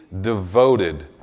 devoted